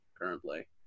currently